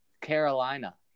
Carolina